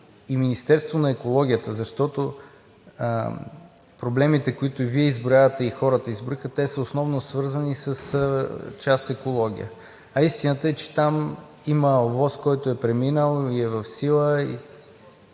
и Министерството на екологията, защото проблемите, които Вие изброявате, и хората ги изброиха – те основно, са свързани с част „Екология“. А истината е, че там има ОВОС, който е преминал и е в сила.